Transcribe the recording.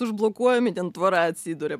užblokuojami ten tvora atsiduria